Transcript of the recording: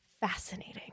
fascinating